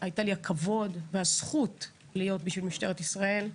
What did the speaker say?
היה לי הכבוד והזכות להיות בשביל משטרת ישראל,